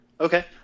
Okay